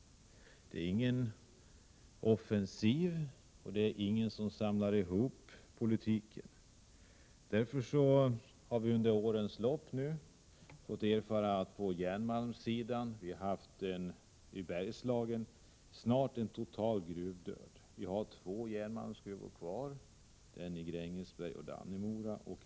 Det förs inte någon samlad och offensiv politik, och därför har vi i Bergslagen under årens lopp fått erfara att vi på järnmalmssidan snart kommer att möta en total gruvdöd. Vi har två järnmalmsgruvor kvar — i Grängesberg och Dannemora.